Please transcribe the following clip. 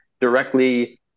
directly –